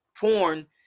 porn